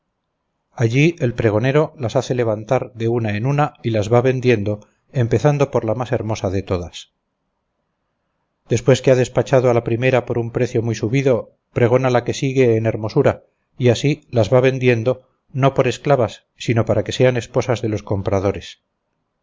allí el pregonero las hace levantar de una en una y las va vendiendo empezando por la más hermosa de todas después que ha despachado a la primera por un precio muy subido pregona a la que sigue en hermosura y así las va vendiendo no por esclavas sino para que sean esposas de los compradores